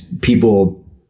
people